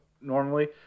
normally